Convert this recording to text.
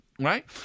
right